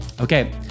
Okay